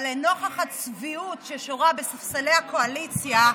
אבל לנוכח הצביעות ששורה בספסלי הקואליציה,